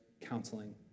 counseling